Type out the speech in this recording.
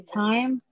time